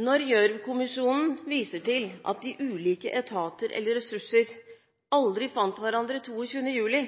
Når Gjørv-kommisjonen viser til at de ulike etater eller ressurser aldri fant hverandre 22. juli,